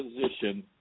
position